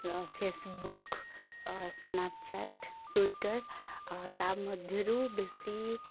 ତ Facebook Snapchat Twitter ଆ ତା' ମଧ୍ୟରୁ ବେଶି